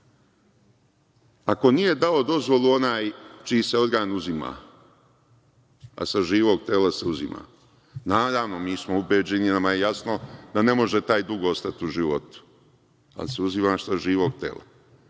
ako nije dao dozvolu onaj čiji se organ uzima, a sa živog tela se uzima, naravno, mi smo ubeđeni, nama je jasno da ne može taj dugo ostati u životu, ali se uzima sa živog tela,